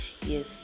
Yes